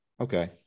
okay